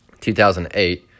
2008